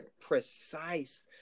precise